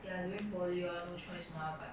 ya during poly lor no choice mah but